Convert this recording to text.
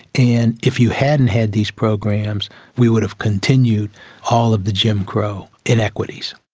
and if you hadn't had these programs we would have continued all of the jim crow inequities.